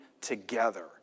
together